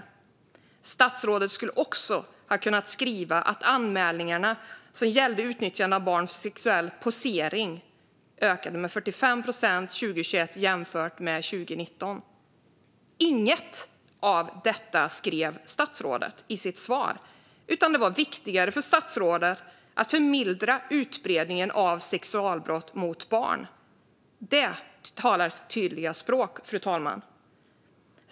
Statsrådet skulle också ha kunnat nämna att de anmälningar som gällde utnyttjande av barn för sexuell posering ökade med 45 procent 2021 jämfört med 2019. Inget av detta sa statsrådet i sitt svar, utan det var viktigare för statsrådet att förmildra utbredningen av sexualbrott mot barn. Detta talar sitt tydliga språk, fru talman.